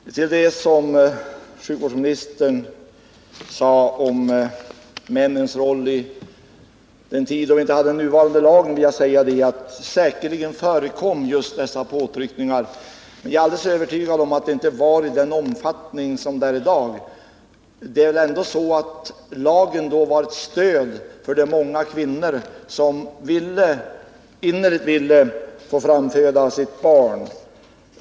Fru talman! Till det som sjukvårdsministern sade om männens roll på den tid då vi inte hade nuvarande lagstiftning vill jag säga att sådana påtryckningar säkerligen förekom. Men jag är alldeles övertygad om att de inte förekom i samma omfattning som i dag. Den dåvarande lagen var ett stöd för många kvinnor som innerligt gärna ville framföda sitt barn.